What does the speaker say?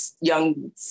young